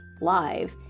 live